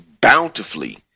bountifully